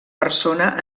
persona